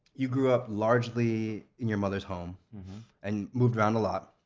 you grew up largely in your mother's home and moved around a lot,